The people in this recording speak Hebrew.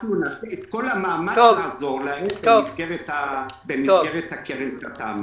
אנחנו נעשה את כל המאמץ כדי לעזור להם במסגרת הקרן שאתה ציינת.